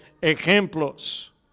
ejemplos